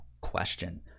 question